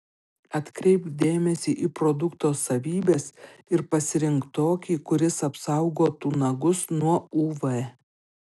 atkreipk dėmesį į produkto savybes ir pasirink tokį kuris apsaugotų nagus nuo uv